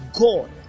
God